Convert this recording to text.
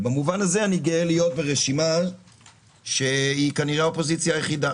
במובן הזה אני גאה להיות ברשימה שכנראה האופוזיציה היחידה